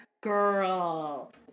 Girl